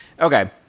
Okay